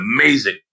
amazing